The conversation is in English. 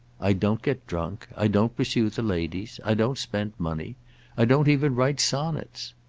i don't get drunk i don't pursue the ladies i don't spend money i don't even write sonnets.